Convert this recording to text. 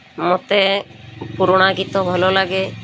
ମୋତେ ପୁରୁଣା ଗୀତ ଭଲ ଲାଗେ